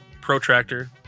Protractor